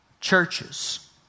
churches